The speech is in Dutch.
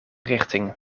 richting